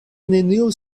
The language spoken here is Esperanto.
neniu